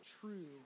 true